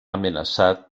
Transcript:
amenaçat